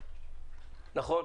נכון?